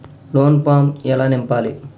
Loan form ఎలా నింపాలి?